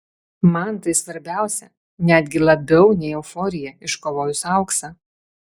man tai svarbiausia netgi labiau nei euforija iškovojus auksą